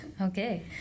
Okay